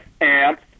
amps